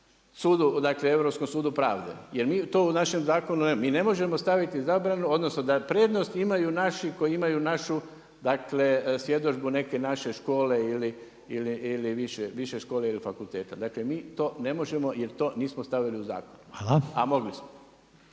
odmah tužiti Europskom sudu pravde. Jer mi to u našem zakonu, mi ne možemo staviti zabranu, odnosno da prednost imaju naši, koji imaju našu svjedodžbu neke naše škole ili više škole ili fakulteta, dakle, mi to ne možemo, jer to nismo stavili u zakon, a mogli smo.